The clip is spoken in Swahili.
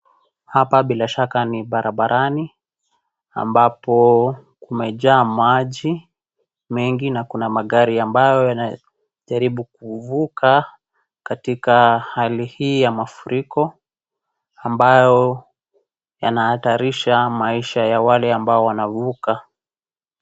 Hapa bila shaka ni barabarani, ambapo kumejaa maji mengi na kuna magari ambayo yanajaribu kuvuka katika hali hii ya mafuriko ambayo yanahatarisha maisha ya wale ambao wanavuka.